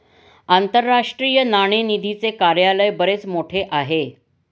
आंतरराष्ट्रीय नाणेनिधीचे कार्यालय बरेच मोठे आहे